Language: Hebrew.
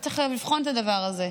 אתה צריך לבחון את הדבר הזה.